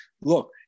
look